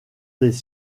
des